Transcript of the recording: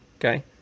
Okay